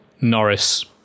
Norris